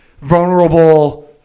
vulnerable